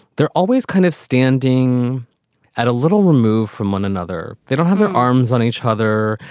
they're always kind of standing at a little removed from one another. they don't have their arms on each other.